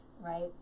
right